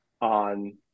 on